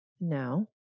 Now